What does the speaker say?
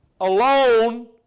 alone